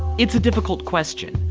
it's a difficult question,